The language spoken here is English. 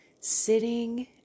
sitting